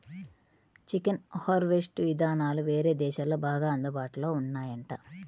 chicken harvest ఇదానాలు వేరే దేశాల్లో బాగా అందుబాటులో ఉన్నాయంట